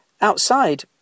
Outside